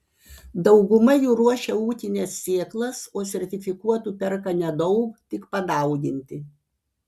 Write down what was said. dauguma jų ruošia ūkines sėklas o sertifikuotų perka nedaug tik padauginti